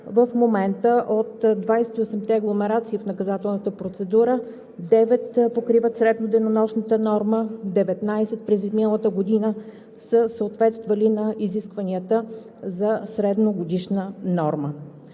в момента от 28-те агломерации в наказателната процедура, 9 покриват средноденонощната норма, 19 през изминалата година са съответствали на изискванията за средногодишна норма.